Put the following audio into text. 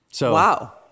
Wow